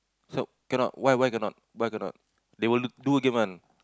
so cannot why why cannot why cannot they will do again one